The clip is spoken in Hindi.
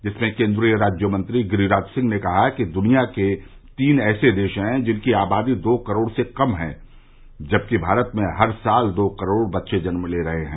जिसमें केन्द्रीय राज्यमंत्री गिरिराज सिंह ने कहा कि दुनिया के तीन ऐसे देश है जिनकी आबादी दो करोड़ से कम हैं जबकि भारत में हर साल दो करोड़ बच्चे जन्म ले रहे हैं